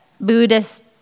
Buddhist